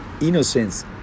innocence